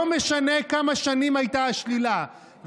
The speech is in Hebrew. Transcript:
לא משנה כמה שנים הייתה השלילה,